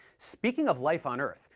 speaking of life on earth,